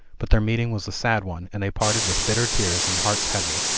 but their meeting was a sad one, and they parted with bitter tears and hearts heavy,